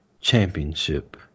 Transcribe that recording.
Championship